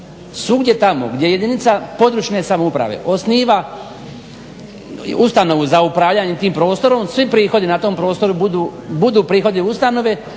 svugdje tamo gdje jedinica područne samouprave osniva ustanovu za upravljanje tim prostorom svi prihodi na tom prostoru budu prihodi ustanove